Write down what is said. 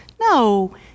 No